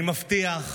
אני מבטיח,